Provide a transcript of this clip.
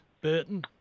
Burton